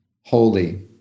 holy